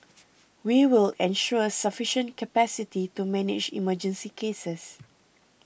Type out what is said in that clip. we will ensure sufficient capacity to manage emergency cases